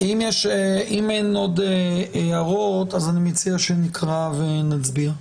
אין עוד הערות, אז אני מציע שנקרא ונצביע.